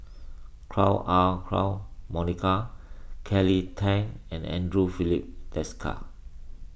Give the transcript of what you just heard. Chua Ah Huwa Monica Kelly Tang and andre Filipe Desker